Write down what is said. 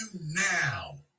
now